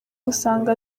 usanga